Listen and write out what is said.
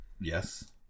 Yes